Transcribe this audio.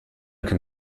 can